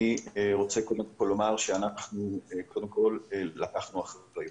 קודם כול לקחנו אחריות.